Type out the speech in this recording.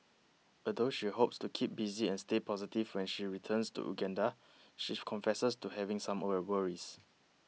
although she hopes to keep busy and stay positive when she returns to Uganda she confesses to having some were worries